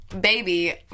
baby